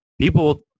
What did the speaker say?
people